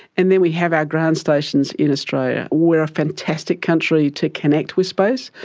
and then we have our ground stations in australia. we are a fantastic country to connect with space.